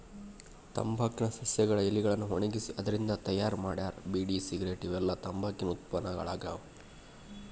ತಂಬಾಕ್ ನ ಸಸ್ಯಗಳ ಎಲಿಗಳನ್ನ ಒಣಗಿಸಿ ಅದ್ರಿಂದ ತಯಾರ್ ಮಾಡ್ತಾರ ಬೇಡಿ ಸಿಗರೇಟ್ ಇವೆಲ್ಲ ತಂಬಾಕಿನ ಉತ್ಪನ್ನಗಳಾಗ್ಯಾವ